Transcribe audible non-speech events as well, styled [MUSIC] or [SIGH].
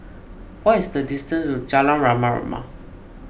[NOISE] what is the distance to Jalan Rama Rama